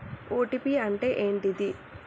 OTP అంటే ఏంటిది?